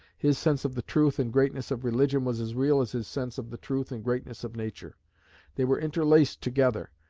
his sense of the truth and greatness of religion was as real as his sense of the truth and greatness of nature they were interlaced together,